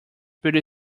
pretty